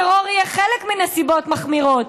טרור יהיה חלק מנסיבות מחמירות,